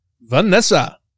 Vanessa